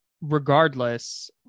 regardless